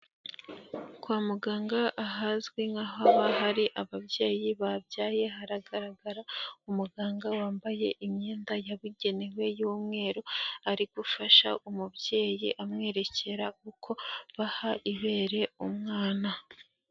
Kwa muganga ahazwi nk'ahaba hari ababyeyi babyaye, haragaragara umuganga wambaye imyenda yabugenewe y'umweru, ari gufasha umubyeyi amwerekera uko baha ibere umwana.